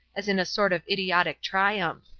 as in a sort of idiotic triumph.